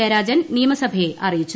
ജയരാജൻ നിയമസഭയെ അറിയിച്ചു